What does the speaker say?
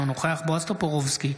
אינו נוכח בועז טופורובסקי,